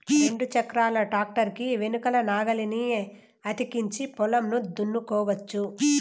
రెండు చక్రాల ట్రాక్టర్ కి వెనకల నాగలిని అతికించి పొలంను దున్నుకోవచ్చు